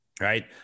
right